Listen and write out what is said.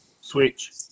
Switch